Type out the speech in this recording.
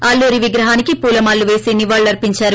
అల్లూరి విగ్రహానికే పూలమాలలు వేసి నివాళులర్పించారు